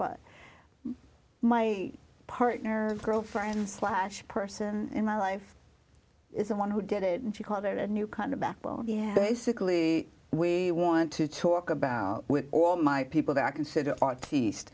k my partner girlfriend slash person in my life is the one who did it and she called it a new kind of backbone basically we want to talk about with all my people that i consider